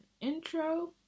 intro